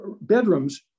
bedrooms